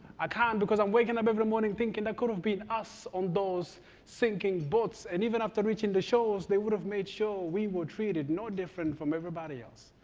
i can't because i'm waking up every morning thinking that could have been us on those sinking boats. and even after reaching the shores, they would have made sure we were treated no different from everybody else.